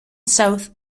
south